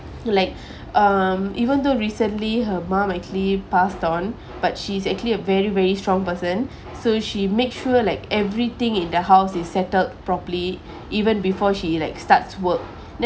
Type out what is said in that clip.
like um even though recently her mom actually passed on but she's actually a very very strong person so she make sure like everything in the house is settled properly even before she like starts work then